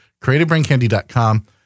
creativebraincandy.com